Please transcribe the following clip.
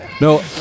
No